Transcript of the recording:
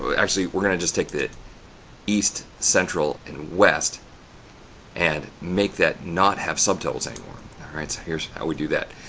ah actually we're going to just take the east, central, and west and make that not have subtotals anymore, all right? so, here's how we do that.